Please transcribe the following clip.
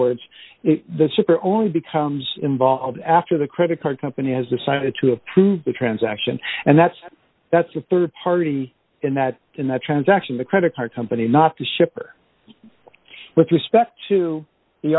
words the super only becomes involved after the credit card company has decided to approve the transaction and that's that's a rd party in that in that transaction the credit card company not the shipper with respect to the